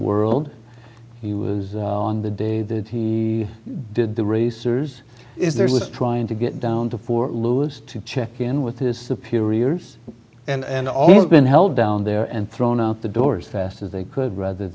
world he was on the day that he did the racers is there was trying to get down to fort lewis to check in with his superiors and all been held down there and thrown out the doors fast as they could rather